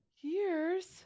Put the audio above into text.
Years